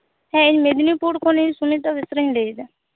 ᱦᱮᱸ ᱤᱧ ᱢᱮᱫᱽᱱᱤᱯᱩᱨ ᱠᱷᱚᱱ ᱤᱧ ᱥᱩᱱᱤᱛᱟ ᱵᱮᱥᱨᱟᱧ ᱞᱟᱹᱭ ᱮᱫᱟ